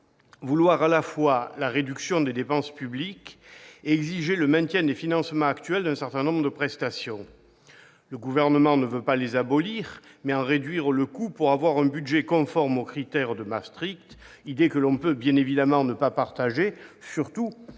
vouloir à la fois la réduction des dépenses publiques et exiger le maintien des financements actuels d'un certain nombre de prestations. Le Gouvernement veut non pas les abolir, mais en réduire le coût pour avoir un budget conforme aux critères de Maastricht, idée que l'on peut bien évidemment ne pas partager, surtout